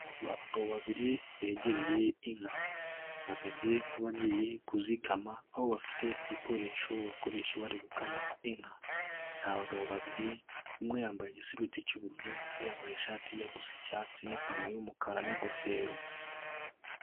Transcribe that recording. Abagabo babiri begereye inka. Bameze nk'abagiye kuzikama aho bafite igikoresho bakoresha bari gukama inka. Ni abagabo babiri, umwe yambaye igisubeti cy'ubururu, undi yambaye ishati ijya gusa icyatsi n'ipantaro y'umukara n'ingofero.